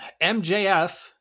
MJF